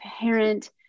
parent